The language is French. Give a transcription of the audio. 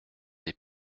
des